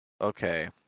Okay